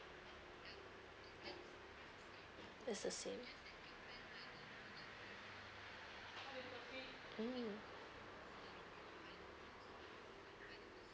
it's the same mm